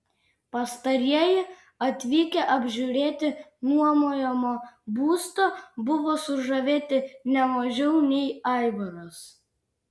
pastarieji atvykę apžiūrėti nuomojamo būsto buvo sužavėti ne mažiau nei aivaras